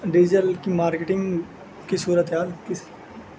digital کی marketing کی صورت حال کس